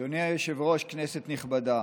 אדוני היושב-ראש, כנסת נכבדה,